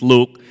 Luke